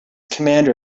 commander